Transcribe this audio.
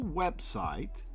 website